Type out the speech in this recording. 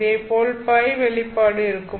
இதேபோல் Ø வெளிப்பாடு இருக்கும்